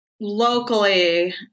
locally